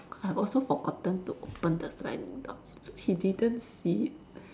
I also forgotten to open the sliding door so he didn't see it